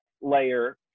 layer